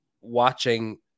watching